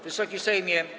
Wysoki Sejmie!